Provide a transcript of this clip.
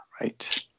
Right